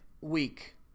week